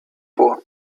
vor